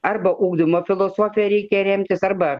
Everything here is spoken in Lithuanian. arba ugdymo filosofija reikia remtis arba